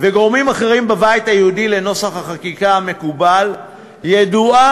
וגורמים אחרים בבית היהודי לנוסח החקיקה המקובל ידועה,